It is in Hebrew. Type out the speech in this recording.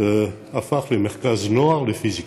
הפכה למרכז נוער לפיזיקה.